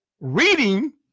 Reading